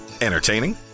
Entertaining